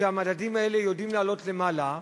שהמדדים האלה יודעים לעלות למעלה,